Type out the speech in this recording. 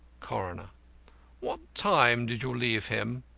coroner what time did you leave him?